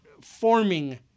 forming